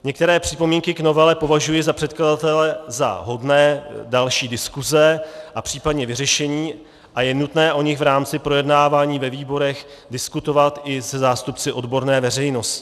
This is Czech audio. Některé připomínky k novele považují předkladatelé za hodné další diskuse a případně vyřešení a je nutné o nich v rámci projednávání ve výborech diskutovat i se zástupci odborné veřejnosti.